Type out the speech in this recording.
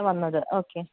വന്നത് ഓക്കെ